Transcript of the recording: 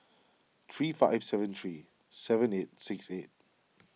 three five seven three seven eight six eight